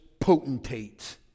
potentates